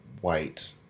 white